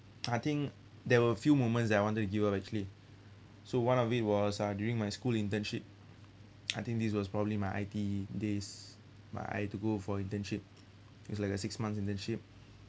I think there were a few moments that I wanted to give up actually so one of it was uh during my school internship I think this was probably my I_T_E days my I have to go for internship is like a six month internship